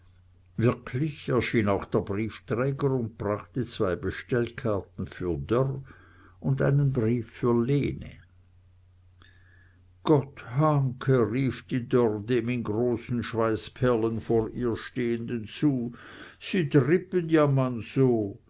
wirklich erschien auch der briefträger und brachte zwei bestellkarten für dörr und einen brief für lene gott hahnke rief die dörr dem in großen schweißperlen vor ihr stehenden zu sie drippen ja man so